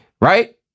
right